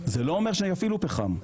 זה לא אומר שיפעילו פחם,